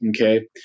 Okay